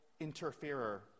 interferer